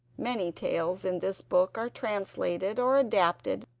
many tales in this book are translated, or adapted,